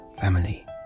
family